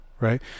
right